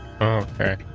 okay